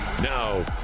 Now